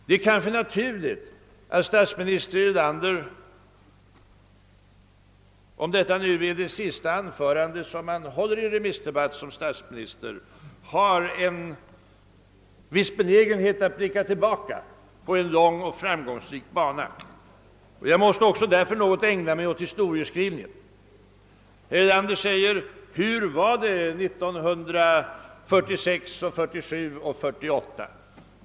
Om det anförande herr Erlander här hållit var hans sista som statsminister i en remissdebatt, så är det kanske naturligt att han hade en viss benägenhet att blicka tillbaka på en lång och framgångsrik bana, och därför måste även jag nu ägna mig något åt historieskrivningen. Herr Erlander frågade: Hur var det 1946, 1947 och 1948?